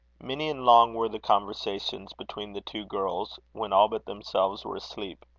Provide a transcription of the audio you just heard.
many and long were the conversations between the two girls, when all but themselves were asleep.